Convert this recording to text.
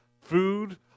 food